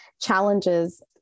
challenges